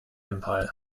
empire